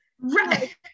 Right